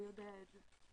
הוא יודע את זה.